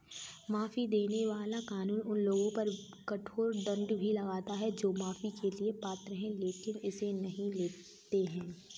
माफी देने वाला कानून उन लोगों पर कठोर दंड भी लगाता है जो माफी के लिए पात्र हैं लेकिन इसे नहीं लेते हैं